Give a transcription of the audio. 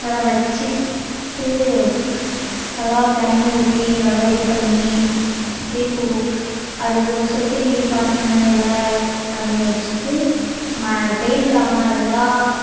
வச்சுட்டு நல்லா தண்ணி ஊற்றி நல்லா இது பண்ணி வச்சுட்டு இப்போது அதுக்கு சொட்டுநீர் பாசனம் இதெலாம் பண்ணி வச்சுட்டு ம வெயில் டைமாக இருந்தால்